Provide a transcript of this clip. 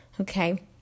Okay